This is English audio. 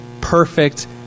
perfect